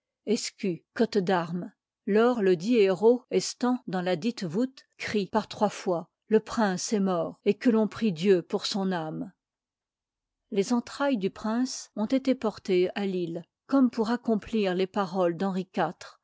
cotte d'armes yy lors ledit hérault estant dans ladite voûte i crie par trois fois le prince est ntort et que l'on prie dieu pour son âme ibi les entrailles du prince ont été portées à lille comme pour accomplir les paroles d'henri